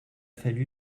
fallu